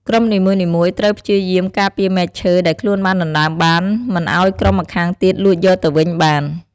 ក្រុមនីមួយៗត្រូវព្យាយាម ការពារមែកឈើ ដែលខ្លួនបានដណ្ដើមបាន មិនឱ្យក្រុមម្ខាងទៀតលួចយកទៅវិញបាន។